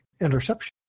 interception